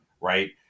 right